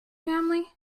family